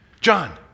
John